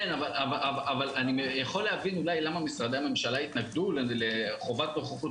אני יכול להבין אולי למה משרדי הממשלה התנגדו לחובת נוכחות